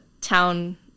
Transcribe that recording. town